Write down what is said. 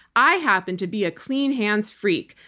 i happen to be a clean hands freak.